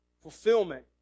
fulfillment